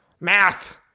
math